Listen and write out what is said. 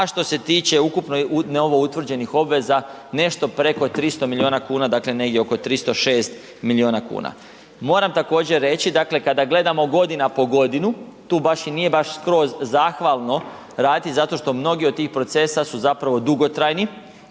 a što se tiče ukupno novoutvrđenih obveza nešto preko 300 milijuna kuna, dakle, negdje oko 306 milijuna kuna. Moram također, reći dakle, kada gledamo godina po godinu, tu baš i nije baš skroz zahvalno raditi zato što mnogi od tih procesa su zapravo dugotrajni,